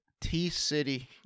T-City